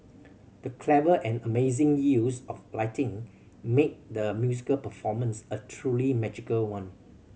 the clever and amazing use of lighting made the musical performance a truly magical one